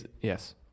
Yes